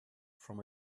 from